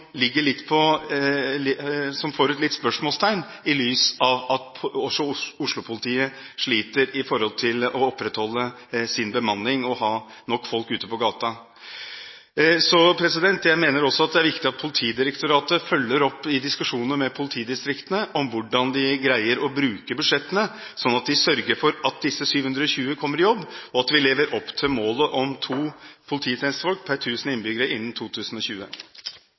et lite spørsmålstegn ved i lys av at Oslo-politiet sliter med å opprettholde sin bemanning og ha nok folk ute på gaten. Jeg mener også det er viktig at Politidirektoratet følger opp i diskusjoner med politidistriktene om hvordan de greier å bruke budsjettene sånn at de sørger for at disse 720 kommer i jobb, og at vi lever opp til målet om to polititjenestefolk per 1 000 innbyggere innen 2020.